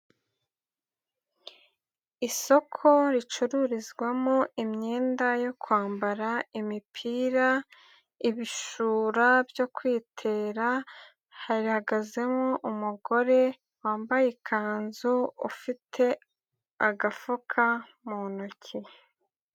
Isoko ricururizwamo imyenda yo kwambara, imipira, ibishura byo kwitera, hahagazemo umugore wambaye ikanzu ufite agafuka mu ntoki.